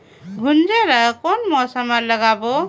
गुनजा ला कोन मौसम मा लगाबो?